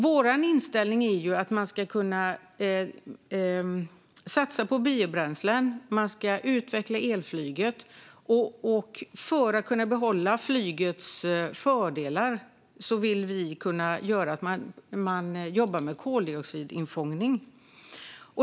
Vår inställning är att man ska kunna satsa på biobränslen och utveckla elflyget. För att kunna behålla flygets fördelar vill vi jobba med koldioxidinfångning.